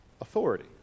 authority